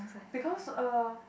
because uh